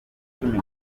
cumi